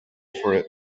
for